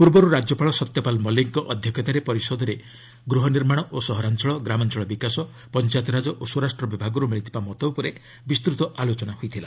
ପୂର୍ବରୁ ରାଜ୍ୟପାଳ ସତ୍ୟପାଲ ମଲିକଙ୍କ ଅଧ୍ୟକ୍ଷତାରେ ପରିଷଦରେ ଗୃହନିର୍ମାଣ ଓ ସହରାଞ୍ଚଳ ଗ୍ରାମାଞ୍ଚଳ ବିକାଶ ପଞ୍ଚାୟତିରାଜ ଓ ସ୍ୱରାଷ୍ଟ୍ର ବିଭାଗରୁ ମିଳିଥିବା ମତ ଉପରେ ବିସ୍ତୃତ ଆଲୋଚନା ହୋଇଥିଲା